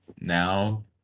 now